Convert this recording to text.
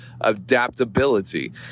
adaptability